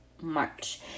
March